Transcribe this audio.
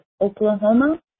Oklahoma